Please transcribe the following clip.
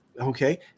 Okay